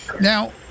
Now